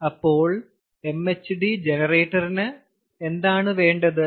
അപ്പോൾ MHD ജനറേറ്ററിന് എന്താണ് വേണ്ടത്